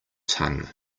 tongue